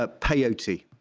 ah peyote.